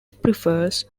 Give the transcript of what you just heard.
prefers